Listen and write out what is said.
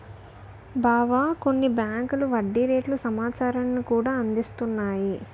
బావా కొన్ని బేంకులు వడ్డీ రేట్ల సమాచారాన్ని కూడా అందిస్తున్నాయి